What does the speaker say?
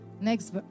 next